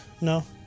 no